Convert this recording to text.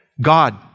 God